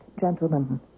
gentlemen